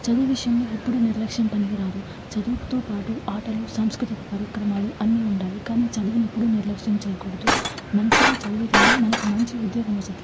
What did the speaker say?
చదువు విషయంలో ఎప్పుడు నిర్లక్ష్యం పనికిరాదు చదువుతో పాటు ఆటలు సాంస్కృతిక కార్యక్రమాలు అన్నీ ఉండాలి కాని చదువును ఎప్పుడు నిర్లక్ష్యం చేయకూడదు మంచిగా చదివితే మనకు మంచి ఉద్యోగం వస్తుంది